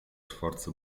sforzo